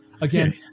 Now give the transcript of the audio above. Again